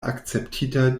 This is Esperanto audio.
akceptita